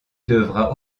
devra